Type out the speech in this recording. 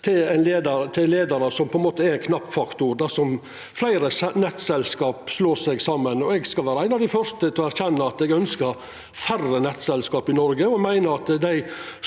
ein måte er ein knapp faktor dersom fleire nettselskap slår seg saman. Eg skal vera ein av dei fyrste til å erkjenna at eg ønskjer færre nettselskap i Noreg, og meiner at dei